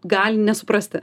gali nesuprasti